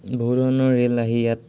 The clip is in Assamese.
বহু ধৰণৰ ৰে'ল আহি ইয়াত